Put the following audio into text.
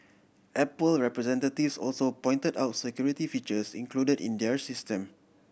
apple representatives also pointed out security features included in their system